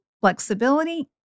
flexibility